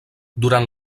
durant